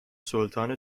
سلطان